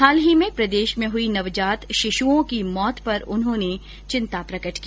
हाल ही में प्रदेश में हुई नवजात शिशुओं की मौत पर उन्होंने चिंता प्रकट की